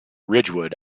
ridgewood